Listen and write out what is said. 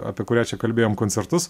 apie kurią čia kalbėjom koncertus